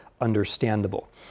understandable